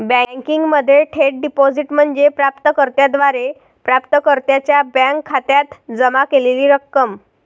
बँकिंगमध्ये थेट डिपॉझिट म्हणजे प्राप्त कर्त्याद्वारे प्राप्तकर्त्याच्या बँक खात्यात जमा केलेली रक्कम